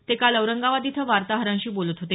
ते काल औरंगाबाद इथं वार्ताहरांशी बोलत होते